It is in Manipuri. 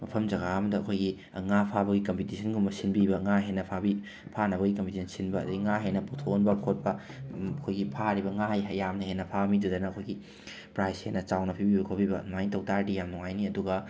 ꯃꯐꯝ ꯖꯒꯥ ꯑꯝꯗ ꯑꯩꯈꯣꯏꯒꯤ ꯉꯥ ꯐꯥꯕꯒꯤ ꯀꯝꯄꯤꯇꯤꯁꯟꯒꯨꯝꯕ ꯁꯤꯟꯕꯤꯕ ꯉꯥ ꯍꯦꯟꯅ ꯐꯥꯕꯤ ꯐꯥꯅꯕꯒꯤ ꯀꯝꯄꯤꯇꯤꯁꯟ ꯁꯤꯟꯕ ꯑꯗꯒꯤ ꯉꯥ ꯍꯦꯟꯅ ꯄꯨꯊꯣꯛꯍꯟꯕ ꯈꯣꯠꯄ ꯑꯩꯈꯣꯏꯒꯤ ꯐꯥꯔꯤꯕ ꯉꯥ ꯌꯥꯝꯅ ꯍꯦꯟꯅ ꯐꯥꯕ ꯃꯤꯗꯨꯗꯅ ꯑꯩꯈꯣꯏꯒꯤ ꯄ꯭ꯔꯥꯏꯁ ꯍꯦꯟꯅ ꯆꯥꯎꯅ ꯄꯤꯕꯤꯕ ꯈꯣꯠꯄꯤꯕ ꯑꯗꯨꯃꯥꯏꯅ ꯇꯧꯕ ꯇꯥꯔꯗꯤ ꯌꯥꯝꯅ ꯍꯦꯟꯅ ꯅꯨꯡꯉꯥꯏꯅꯤ ꯑꯗꯨꯒ